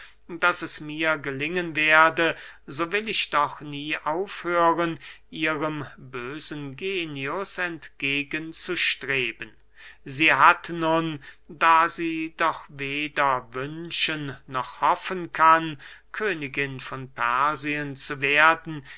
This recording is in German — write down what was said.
daß es mir gelingen werde so will ich doch nie aufhören ihrem bösen genius entgegen zu streben sie hat nun da sie doch weder wünschen noch hoffen kann königin von persien zu werden